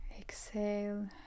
Exhale